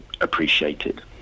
appreciated